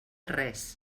res